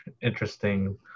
interesting